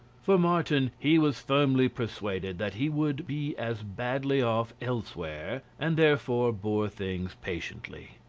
for martin, he was firmly persuaded that he would be as badly off elsewhere, and therefore bore things patiently.